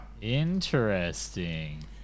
Interesting